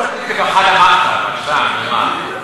אל תגיד את זה בחדא מחתא, בבקשה.